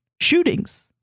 shootings